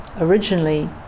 originally